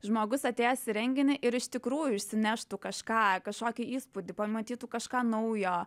žmogus atėjęs į renginį ir iš tikrųjų išsineštų kažką kažkokį įspūdį pamatytų kažką naujo